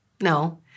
no